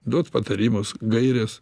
duot patarimus gaires